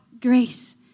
grace